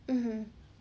mmhmm